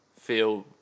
feel